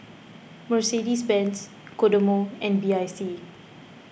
Mercedes Benz Kodomo and B I C